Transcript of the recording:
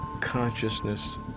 consciousness